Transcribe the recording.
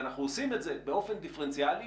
ואנחנו עושים את זה באופן דיפרנציאלי,